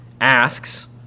asks